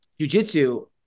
jujitsu